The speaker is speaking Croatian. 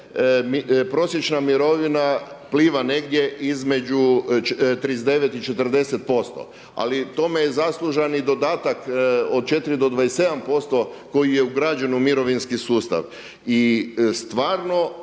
prosječna mirovina pliva negdje između 39 i 40%. Ali tome je zaslužan i dodatak od 4 do 27% koji je ugrađen u mirovinski sustav.